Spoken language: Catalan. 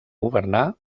governar